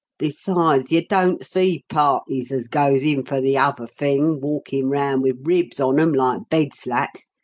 besides, you don't see parties as goes in for the other thing walkin' round with ribs on em like bed-slats,